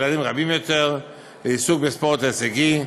ילדים רבים יותר לעיסוק בספורט הישגי,